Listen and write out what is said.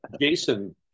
Jason